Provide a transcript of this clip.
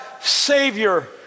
Savior